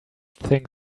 think